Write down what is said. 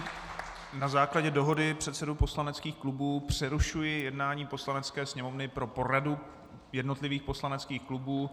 A nyní na základě dohody předsedů poslaneckých klubů přerušuji jednání Poslanecké sněmovny pro poradu jednotlivých poslaneckých klubů.